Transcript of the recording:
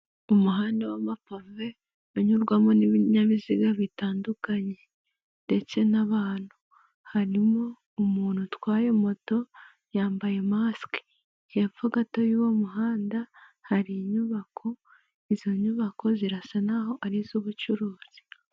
Umuhanda w'amapave unyurwamo n'ibinyabiziga bitandukanye ndetse n'abantu. Harimo umuntu utwaye moto, yambaye masike. Hepfo gato y'uwo muhanda hari inyubako, izo nyubako zirasa naho ari iz'ubucuruzi.